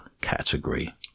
category